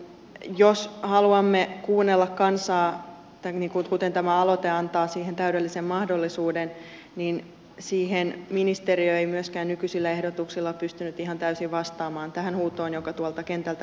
jos haluamme kuunnella kansaa kuten tämä aloite antaa siihen täydellisen mahdollisuuden niin ministeriö ei myöskään nykyisillä ehdotuksilla pystynyt ihan täysin vastaamaan tähän huutoon joka tuolta kentältä kuuluu